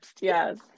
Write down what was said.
yes